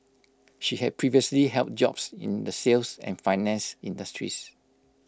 she had previously held jobs in the sales and finance industries